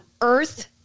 earth